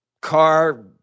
car